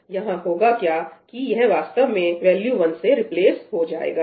यहां होगा क्या की यह वास्तव में वैल्यू 1 से रिप्लेस हो जाएगा